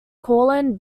courland